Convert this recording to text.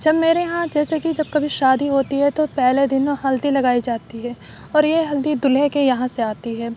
جب میرے یہاں جیسے کہ جب کبھی شادی ہوتی ہے تو پہلے دن ہلدی لگائی جاتی ہے اور یہ ہلدی دلہے کے یہاں سے آتی ہے